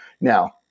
Now